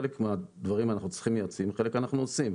חלק מהדברים אנחנו צריכים יועצים וחלק אנחנו עושים.